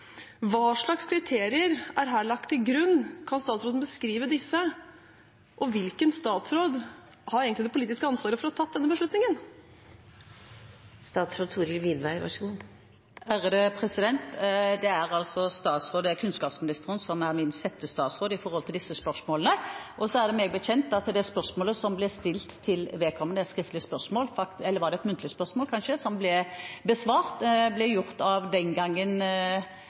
Hva slags kriterier er her lagt til grunn? Kan statsråden beskrive disse? Og hvilken statsråd har egentlig det politiske ansvaret for å ha tatt denne beslutningen? Det er kunnskapsministeren som er min settestatsråd i disse spørsmålene. Meg bekjent ble det spørsmålet som ble stilt til vedkommende – et skriftlig spørsmål, eller kanskje det var et muntlig spørsmål – besvart den gangen av vedkommendes settestatsråd, Elisabeth Aspaker, som